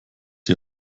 sie